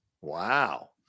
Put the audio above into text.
Wow